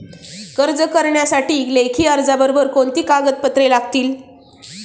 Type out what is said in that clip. कर्ज करण्यासाठी लेखी अर्जाबरोबर कोणती कागदपत्रे लागतील?